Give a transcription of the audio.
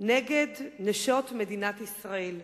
נגד נשות מדינת ישראל.